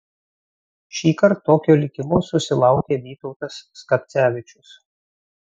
šįkart tokio likimo susilaukė vytautas skapcevičius